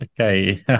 okay